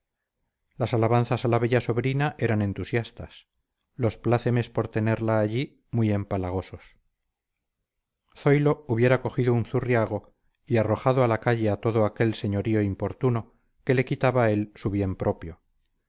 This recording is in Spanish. las alabanzas a la bella sobrina eran entusiastas los plácemes por tenerla allí muy empalagosos zoilo hubiera cogido un zurriago y arrojado a la calle a todo aquel señorío importuno que le quitaba a él su bien propio